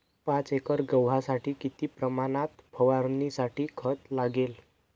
पाच एकर गव्हासाठी किती प्रमाणात फवारणीसाठी खत लागेल?